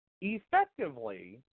effectively